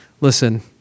Listen